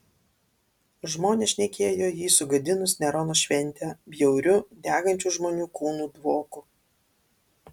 žmonės šnekėjo jį sugadinus nerono šventę bjauriu degančių žmonių kūnų dvoku